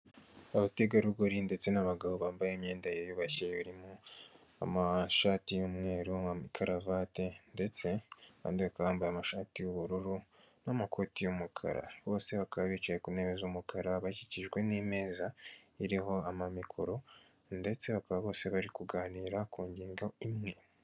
Abategarugori ndetse n'abagabo bambaye imyenda yiyubashye irimo amashati y'umweru amakaruvati, ndetse bambaye amashati y'ubururu n'amakoti y'umukara, bose bakaba bicaye ku ntebe z'umukara bakikijwe n'imeza iriho amamikoro ndetse bakaba bose bari kuganira ku ngingo imwe.